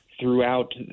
throughout